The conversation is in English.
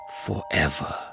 forever